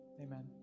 Amen